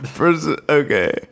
Okay